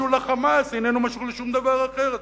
משול ל"חמאס"; איננו משול לשום דבר אחר.